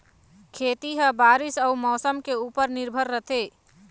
खेती ह बारीस अऊ मौसम के ऊपर निर्भर रथे